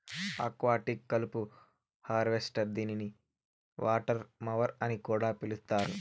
aquatic కలుపు harvester దీనిని water mower అని కూడా పిలుస్తారు